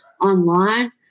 online